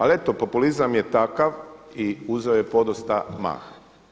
Ali eto populizam je takav i uzeo je podosta maha.